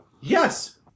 yes